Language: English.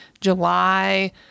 July